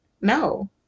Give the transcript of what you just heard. No